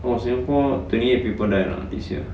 !wah! singapore twenty eight people died ah this year